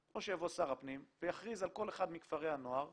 או שיבוא שר הפנים ויכריז על כל אחד מכפרי הנוער,